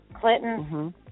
Clinton